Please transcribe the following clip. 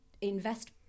invest